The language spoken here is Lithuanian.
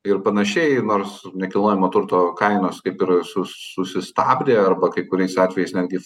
ir panašiai nors nekilnojamo turto kainos kaip ir su susistabdė arba kai kuriais atvejais netgi